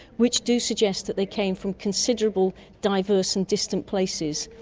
which do suggest that they came from considerably diverse and distant places,